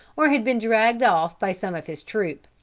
or had been dragged off by some of his troop.